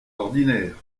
ordinaire